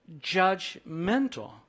judgmental